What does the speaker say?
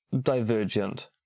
divergent